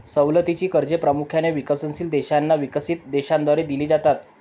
सवलतीची कर्जे प्रामुख्याने विकसनशील देशांना विकसित देशांद्वारे दिली जातात